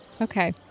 Okay